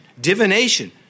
divination